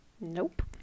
nope